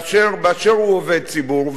באשר הוא עובד ציבור,